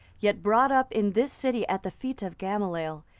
yet brought up in this city at the feet of gamaliel,